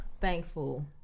thankful